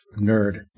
nerd